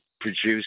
produce